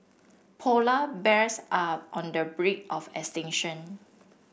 polar bears are on the brink of extinction